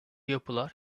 yapılar